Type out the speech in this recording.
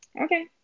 okay